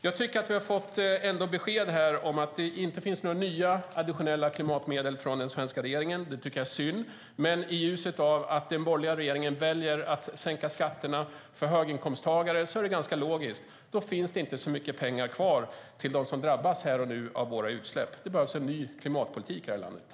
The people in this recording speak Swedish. Jag tycker att vi har fått besked här om att det inte finns några nya additionella klimatmedel från den svenska regeringen. Det tycker jag är synd. Men i ljuset av att den borgerliga regeringen väljer att sänka skatterna för höginkomsttagare är det ganska logiskt. Då finns det inte så mycket pengar kvar åt dem som drabbas här och nu av våra utsläpp. Det behövs en ny klimatpolitik här i landet.